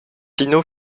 pino